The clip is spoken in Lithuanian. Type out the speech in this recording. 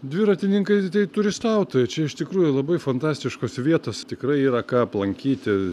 dviratininkai tai turistautojai čia iš tikrųjų labai fantastiškos vietos tikrai yra ką aplankyti